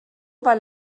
weil